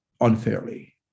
unfairly